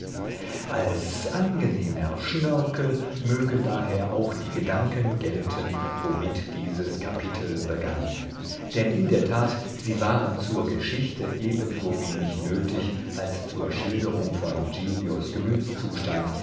als angenehmer schnörkel mögen daher auch die gedanken gelten womit dieses kapitel begann denn in der tat sie waren zur geschichte ebensowenig nötig als zur schilderung von